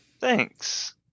Thanks